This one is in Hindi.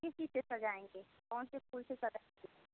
किस चीज़ से सजाएँगे कौन से फूल से सजाएँगे